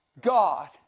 God